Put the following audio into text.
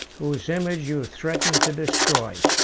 whose image you threaten to destroy.